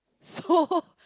so